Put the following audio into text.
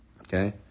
Okay